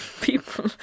People